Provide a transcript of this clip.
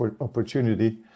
opportunity